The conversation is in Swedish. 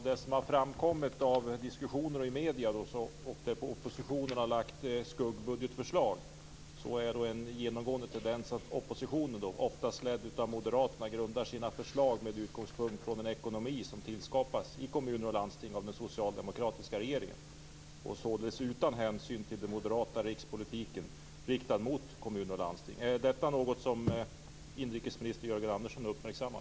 Det som har framkommit i diskussioner och i media om oppositionens skuggbudgetförslag är att en genomgående tendens är att oppositionen, oftast ledd av Moderaterna, grundar sina förslag med utgångspunkt i den ekonomi som tillskapas i kommuner och landsting av den socialdemokratiska regeringen utan hänsyn till den moderata rikspolitiken riktad mot kommuner och landsting. Är detta något som inrikesminister Jörgen Andersson har uppmärksammat?